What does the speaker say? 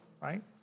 right